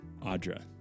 Audra